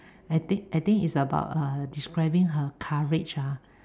I think I think it's about uh describe her courage ah